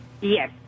Yes